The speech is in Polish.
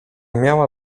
miała